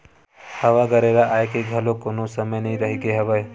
हवा गरेरा आए के घलोक कोनो समे नइ रहिगे हवय